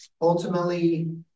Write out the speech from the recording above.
ultimately